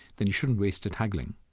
then you shouldn't waste it haggling